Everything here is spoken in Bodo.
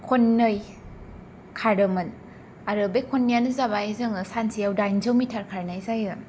खननै खारदोंमोन आरो बे खननैयानो जाबाय जों सानसेयाव दाइनजौ मिटार खारनाय जायो